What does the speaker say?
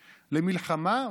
למלחמה,